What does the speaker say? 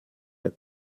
der